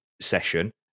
session